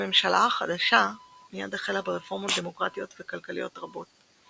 הממשלה החדשה מיד החלה ברפורמות דמוקרטיות וכלכליות רבות,